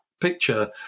picture